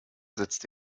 setzt